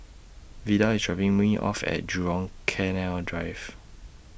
Vidal IS dropping Me off At Jurong Canal Drive